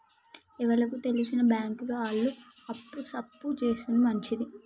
ఎవలకు తెల్సిన బాంకుల ఆళ్లు అప్పు సప్పు జేసుడు మంచిది